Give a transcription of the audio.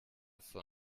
von